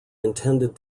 intended